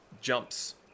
jumps